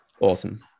Awesome